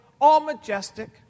all-majestic